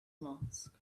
mask